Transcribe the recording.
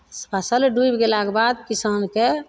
फसल डूबि गेलाक बाद किसानके